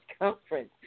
conference